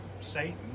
Satan